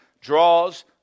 draws